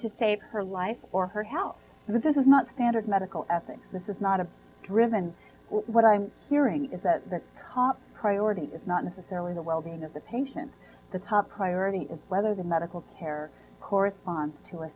to save her life or her health that this is not standard medical ethics this is not a driven what i'm hearing is that the top priority is not necessarily the world of the patient the top priority is whether the medical care corresponds to a